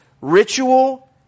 ritual